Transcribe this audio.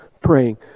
praying